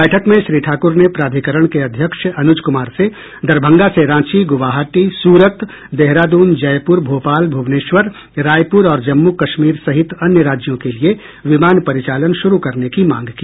बैठक में श्री ठाकुर ने प्राधिकरण के अध्यक्ष अनुज कुमार से दरभंगा से रांची गुवाहाटी सूरत देहरादून जयपुर भोपाल भूवनेश्वर रायपुर और जम्मू कश्मीर सहित अन्य राज्यों के लिये विमान परिचालन शुरू करने की मांग की